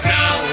now